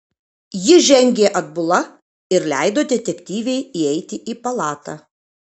ji žengė atbula ir leido detektyvei įeiti į palatą